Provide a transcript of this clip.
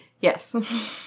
Yes